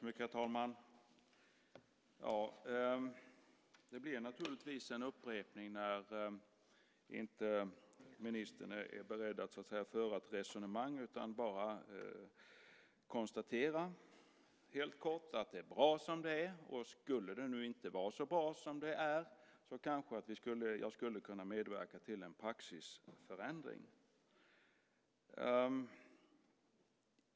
Herr talman! Det blir naturligtvis en upprepning när inte ministern är beredd att föra ett resonemang utan bara konstaterar helt kort att det är bra som det är, och om det nu inte skulle vara så bra som det är kanske han skulle kunna medverka till en praxisförändring.